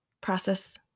process